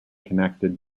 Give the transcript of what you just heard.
connected